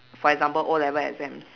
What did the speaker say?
for example O-level exams